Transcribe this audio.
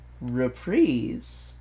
reprise